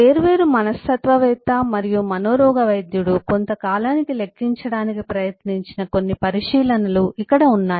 వేర్వేరు మనస్తత్వవేత్త మరియు మనోరోగ వైద్యుడు కొంత కాలానికి లెక్కించడానికి ప్రయత్నించిన కొన్ని పరిశీలనలు ఇక్కడ ఉన్నాయి